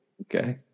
Okay